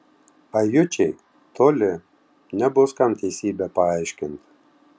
ajučiai toli nebus kam teisybę paaiškint